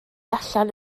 allan